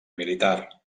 militar